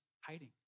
hiding